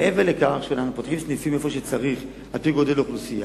מעבר לכך שאנחנו פותחים סניפים איפה שצריך לפי גודל האוכלוסייה,